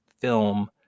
film